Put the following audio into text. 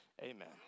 amen